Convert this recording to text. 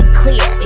clear